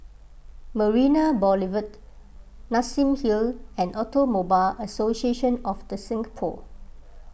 Marina Boulevard Nassim Hill and Automobile Association of the Singapore